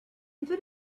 into